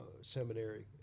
seminary